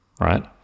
right